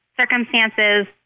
circumstances